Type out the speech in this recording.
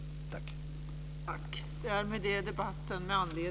Tack!